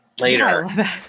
later